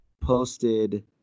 posted